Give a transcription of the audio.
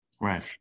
Right